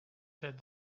said